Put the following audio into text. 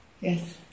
Yes